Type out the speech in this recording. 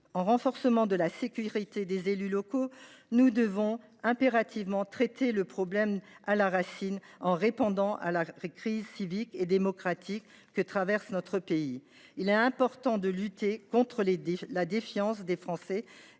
au renforcement de la sécurité des élus locaux, nous devons impérativement traiter le problème à la racine, en répondant à la crise civique et démocratique que traverse notre pays. Il est important de lutter contre la défiance des Français